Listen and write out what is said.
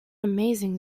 amazing